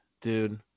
dude